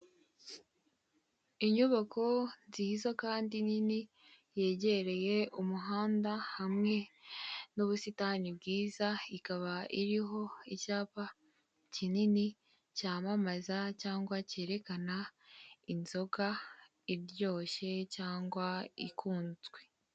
Inyubako nziza kandi nini yegereye umuhanda hamwe n'ubusitani bwiza, ikaba iriho icyapa kinini cyamamaza cyangwa cyerekana inzoga iryoshye cyangwa ikunzwe.